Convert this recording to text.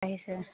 বাঢ়িছে